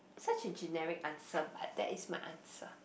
such a generic answer but that is my answer